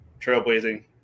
trailblazing